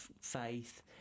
faith